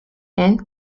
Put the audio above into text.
and